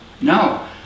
No